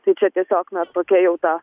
tai čia tiesiog na tokia jau ta